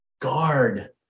guard